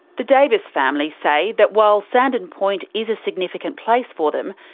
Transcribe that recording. the davis family say that while sandon point is a significant place for them,